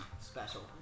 Special